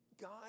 God